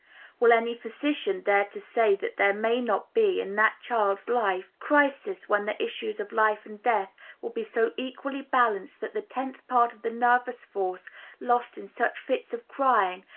will any physician dare to say that there may not be, in that child's life, crises when the issues of life and death will be so equally balanced that the tenth part of the nervous force lost in such fits of crying,